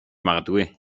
магадгүй